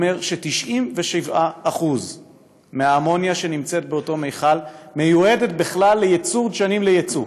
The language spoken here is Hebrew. אומר ש-97% מהאמוניה שנמצאת באותו מכל מיועדת בכלל לייצור דשנים ליצוא.